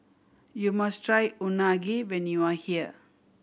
you must try Unagi when you are here